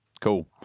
cool